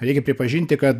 reikia pripažinti kad